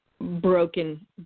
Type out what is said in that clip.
broken